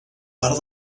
part